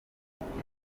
nabonye